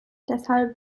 deshalb